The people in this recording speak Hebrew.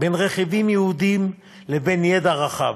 בין רכיבים יהודיים לבין ידע רחב,